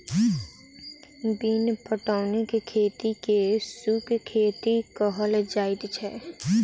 बिन पटौनीक खेती के शुष्क खेती कहल जाइत छै